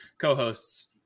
co-hosts